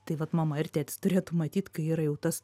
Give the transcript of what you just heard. tai vat mama ir tėtis turėtų matyt kai yra jau tas